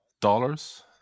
dollars